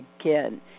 again